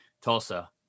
Tulsa